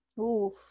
Oof